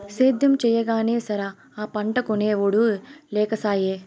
సేద్యం చెయ్యగానే సరా, ఆ పంటకొనే ఒడే లేకసాయే